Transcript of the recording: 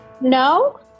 No